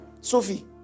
Sophie